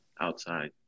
outside